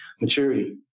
maturity